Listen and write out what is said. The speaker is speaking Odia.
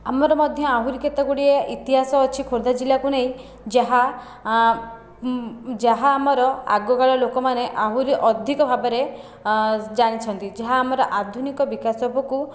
ଆମର ମଧ୍ୟ ଆହୁରି କେତେ ଗୁଡ଼ିଏ ଇତିହାସ ଅଛି ଖୋର୍ଦ୍ଧା ଜିଲ୍ଲାକୁ ନେଇ ଯାହା ଯାହା ଆମର ଆଗକାଳ ଲୋକମାନେ ଆହୁରି ଅଧିକ ଭାବରେ ଜାଣିଛନ୍ତି ଯାହା ଆମର ଆଧୁନିକ ବିକାଶକୁ